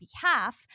behalf